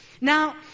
Now